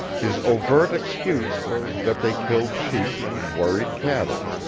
his overt excuse was that they killed sheep and worried cattle,